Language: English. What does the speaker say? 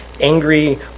angry